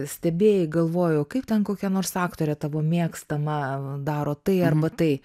stebėjai galvojai o kaip ten kokia nors aktorė tavo mėgstama daro tai arba tai